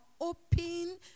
open